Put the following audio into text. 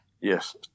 Yes